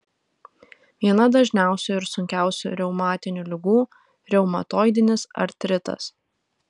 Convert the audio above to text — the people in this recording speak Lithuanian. viena dažniausių ir sunkiausių reumatinių ligų reumatoidinis artritas